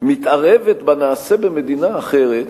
מתערבת בנעשה במדינה אחרת,